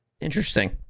Interesting